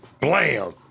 Blam